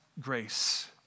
grace